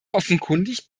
offenkundig